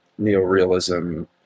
neorealism